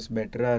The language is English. better